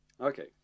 okay